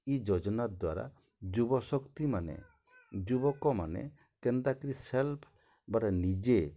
ଇ ଯୋଜନା ଦ୍ଵାରା ଯୁବଶକ୍ତି ମାନେ ଯୁବକମାନେ କେନ୍ତାକିରି ସେଲ୍ଫ୍ ବଲେ ନିଜେ